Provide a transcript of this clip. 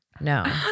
no